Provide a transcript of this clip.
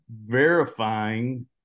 verifying